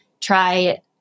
try